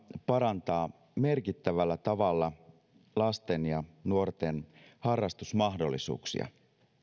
parantaa merkittävällä tavalla lasten ja nuorten harrastusmahdollisuuksia